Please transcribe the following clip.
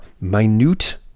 minute